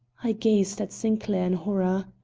i gazed at sinclair in horror.